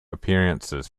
appearances